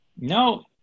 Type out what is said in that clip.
no